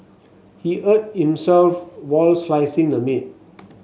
he hurt himself while slicing the meat